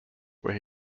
where